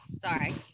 sorry